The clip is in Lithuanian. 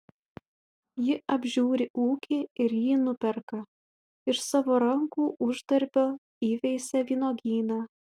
ji apžiūri ūkį ir jį nuperka iš savo rankų uždarbio įveisia vynuogyną